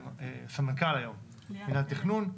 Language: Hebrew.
סמנכ"לית היום של מנהל מינהל התכנון,